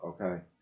okay